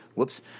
whoops